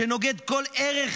שנוגד כל ערך